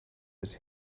was